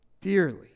dearly